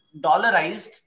dollarized